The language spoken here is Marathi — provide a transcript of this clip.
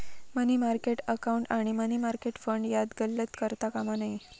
मनी मार्केट अकाउंट आणि मनी मार्केट फंड यात गल्लत करता कामा नये